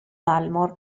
dalmor